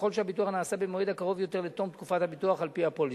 ככל שהביטול נעשה במועד הקרוב יותר לתום תקופת הביטוח על-פי הפוליסה.